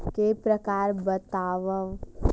के प्रकार बतावव?